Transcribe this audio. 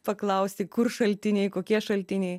paklausti kur šaltiniai kokie šaltiniai